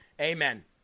Amen